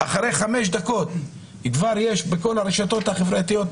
אחרי חמש דקות כבר יש בכל הרשתות החברתיות,